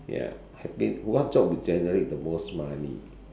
ya I mean what job will generate the most money